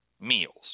meals